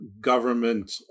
government